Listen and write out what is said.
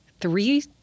three